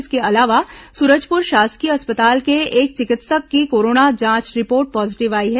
इसके अलावा सूरजपुर शासकीय अस्पताल के एक चिकित्सक की कोरोना जांच रिपोर्ट पॉजीटिव आई है